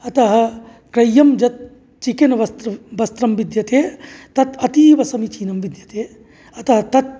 अतः क्रय्यं जत् चिकन् वस्त्र वस्त्रं विद्यते तत् अतीवसमीचीनं विद्यते अतः तत्